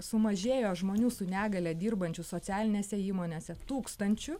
sumažėjo žmonių su negalia dirbančių socialinėse įmonėse tūkstančiu